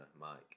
Mike